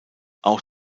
auch